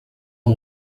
amb